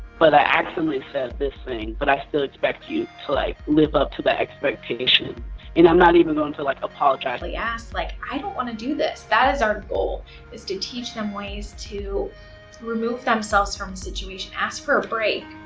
but i actually said this thing, but i still expect you to, like, live up to the expectation and i'm not even going to, like, apologize. ask, like, i don't want to do this. that is our goal is to teach them ways to remove themselves from the situation, ask for a break,